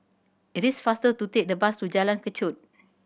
it is faster to take the bus to Jalan Kechot